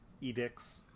edicts